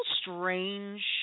strange